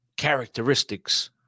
characteristics